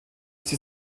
sie